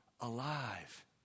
alive